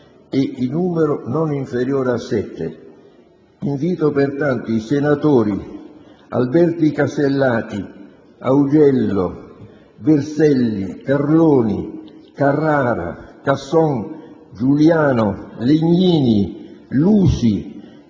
in numero non inferiore a sette. Invito, pertanto, i senatori Alberti Casellati, Augello, Berselli, Carloni, Carrara, Casson, Giuliano, Legnini, Lusi,